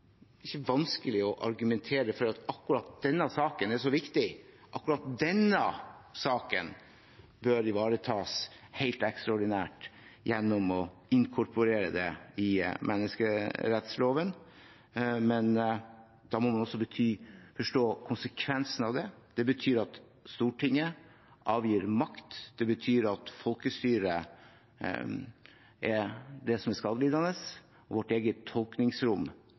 ikke er vanskelig å argumentere for at akkurat denne saken er så viktig, at akkurat denne saken bør ivaretas helt ekstraordinært gjennom å inkorporere det i menneskerettsloven. Da må man også forstå konsekvensen av det. Det betyr at Stortinget avgir makt, det betyr at folkestyret er det som er skadelidende, og vårt eget tolkningsrom